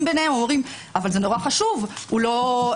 ביניהם ואומרים: אבל זה חשוב מאוד,